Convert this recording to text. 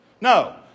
No